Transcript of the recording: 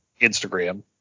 Instagram